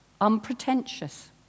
unpretentious